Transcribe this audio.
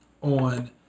on